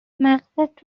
مغزت